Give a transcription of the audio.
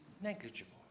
negligible